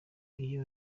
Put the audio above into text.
iyo